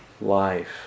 life